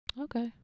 Okay